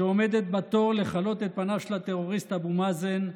שעומדת בתור לחלות את פניו של הטרוריסט אבו מאזן,